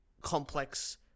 complex